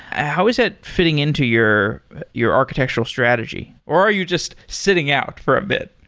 how is that fitting into your your architectural strategy? or are you just sitting out for a bit?